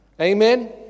Amen